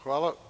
Hvala.